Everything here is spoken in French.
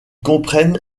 comprennent